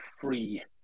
free